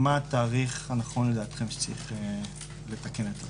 התאריך הנכון לדעתכם שצריך לתקן את התקנות.